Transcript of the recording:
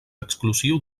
exclusiu